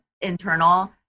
internal